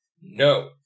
No